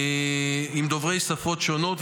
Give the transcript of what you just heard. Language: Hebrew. דוברי שפות שונות,